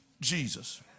Jesus